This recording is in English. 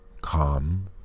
calm